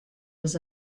was